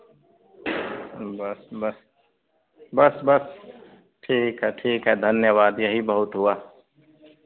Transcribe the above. बस बस बस बस ठीक है ठीक है धन्यवाद यही बहुत हुआ